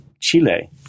Chile